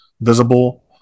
visible